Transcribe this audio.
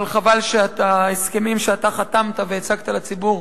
אבל חבל שהסכמים שאתה חתמת והצגת לציבור,